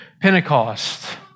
Pentecost